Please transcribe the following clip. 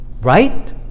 Right